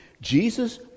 Jesus